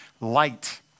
light